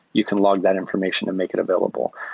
you can log that information and make it available.